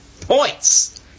Points